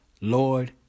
Lord